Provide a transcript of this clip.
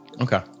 Okay